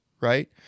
right